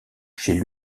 chez